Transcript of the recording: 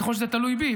ככל שזה תלוי בי,